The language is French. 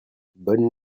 bonne